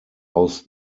aus